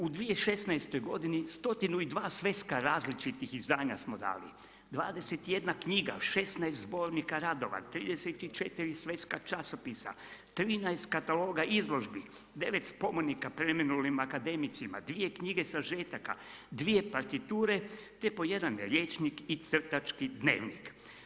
U 2016. godini 102 sveska različitih izdanja smo dali, 21 knjiga, 16 zbornika radova, 34 sveska časopisa 13 kataloga izložbi, 9 spomenika preminulim akademicima, 2 knjige sažetaka, 2 partiture te po jedan rječnik i crtački dnevnik.